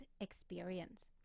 experience